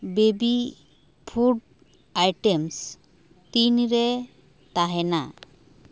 baby food items ᱛᱤᱱᱨᱮ ᱛᱟᱦᱮᱸᱱᱟ